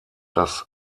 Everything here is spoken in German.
das